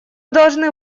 должны